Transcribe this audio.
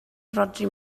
rhodri